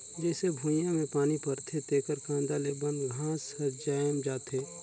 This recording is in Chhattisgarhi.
जईसे भुइयां में पानी परथे तेकर कांदा ले बन घास हर जायम जाथे